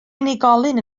unigolyn